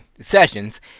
sessions